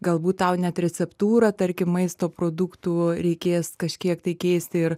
galbūt tau net receptūrą tarkim maisto produktų reikės kažkiek tai keisti ir